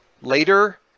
later